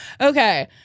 Okay